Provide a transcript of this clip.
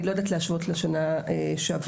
אני לא יודעת להשוות לשנה שעברה,